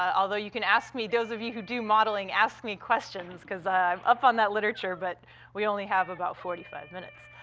ah although you can ask me those of you who do modeling, ask me questions, cause i'm up on that literature, but we only have about forty five minutes.